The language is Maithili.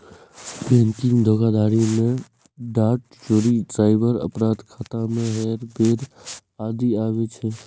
बैंकिंग धोखाधड़ी मे डाटा चोरी, साइबर अपराध, खाता मे हेरफेर आदि आबै छै